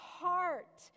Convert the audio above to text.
heart